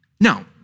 No